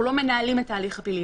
אנחנו לא מנהלים את ההליך הפלילי,